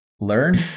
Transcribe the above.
learn